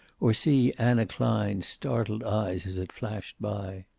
or see anna klein's startled eyes as it flashed by.